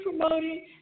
promoting